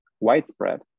widespread